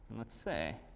let's see.